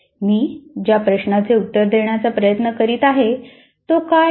मी ज्या प्रश्नाचे उत्तर देण्याचा प्रयत्न करीत आहे तो काय आहे